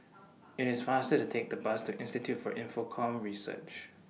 IT IS faster to Take The Bus to Institute For Infocomm Research